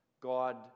God